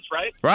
right